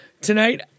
tonight